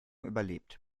überlebt